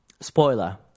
Spoiler